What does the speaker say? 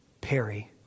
Perry